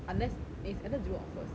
unless it's either zero or first